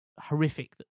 horrific